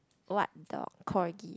what dog corgi